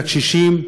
הקשישים,